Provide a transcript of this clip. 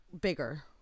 bigger